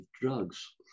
drugs